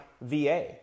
VA